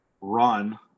run